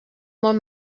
molt